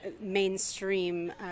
mainstream